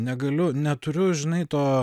negaliu neturiu žinai to